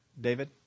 David